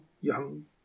young